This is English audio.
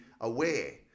aware